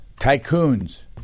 Tycoons